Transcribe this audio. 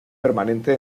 permanente